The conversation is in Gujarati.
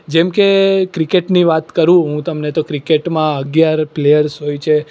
જેમ કે ક્રિકેટની વાત કરું હું તમને તો ક્રિકેટમાં અગિયાર પ્લેયર્સ હોય છે